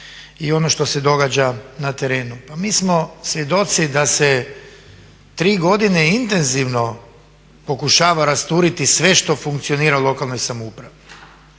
i ono što se događa na terenu. Pa mi smo svjedoci da se tri godine intenzivno pokušava rasturiti sve što funkcionira u lokalnoj samoupravi.